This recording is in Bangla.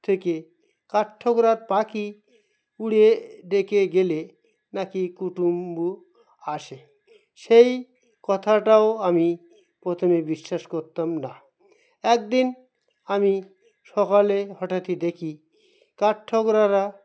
থেকে কাঠঠোকরা পাখি উড়ে ডেকে গেলে নাকি কুটুম্ব আসে সেই কথাটাও আমি প্রথমে বিশ্বাস করতাম না একদিন আমি সকালে হঠাৎই দেখি কাঠঠোকরারা